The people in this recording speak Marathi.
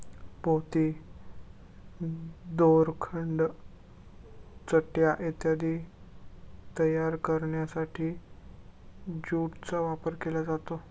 पोती, दोरखंड, चटया इत्यादी तयार करण्यासाठी ज्यूटचा वापर केला जातो